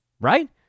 Right